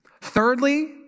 Thirdly